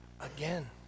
again